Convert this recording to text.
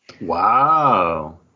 wow